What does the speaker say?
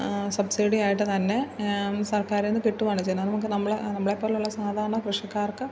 subsidy ആയിട്ട് തന്നെ സർക്കാരിൽ നിന്ന് കിട്ടുകയാണ് ചെയ്തത് നമുക്ക് നമ്മളെ നമ്മളെക്കാൾ സാധാരണ കൃഷിക്കാർക്ക്